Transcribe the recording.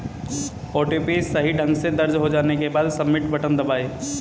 OTP सही ढंग से दर्ज हो जाने के बाद, सबमिट बटन दबाएं